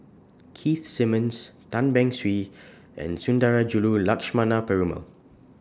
Keith Simmons Tan Beng Swee and Sundarajulu Lakshmana Perumal